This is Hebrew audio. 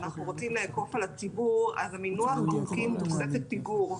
כשאנחנו רוצים לאכוף על הציבור אז המינוח בחוקים זה תוספת פיגור.